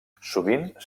sovint